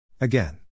Again